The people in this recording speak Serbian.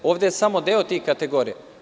Ovde je samo deo tih kategorija.